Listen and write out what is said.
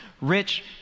Rich